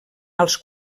als